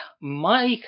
Mike